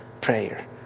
prayer